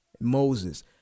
Moses